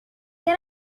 can